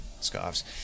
scarves